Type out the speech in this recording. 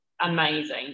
amazing